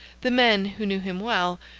the men, who knew him well,